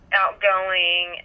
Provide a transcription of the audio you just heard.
outgoing